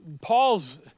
Paul's